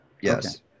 Yes